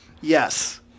Yes